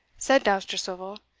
said dousterswivel,